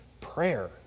prayer